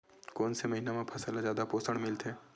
कोन से महीना म फसल ल जादा पोषण मिलथे?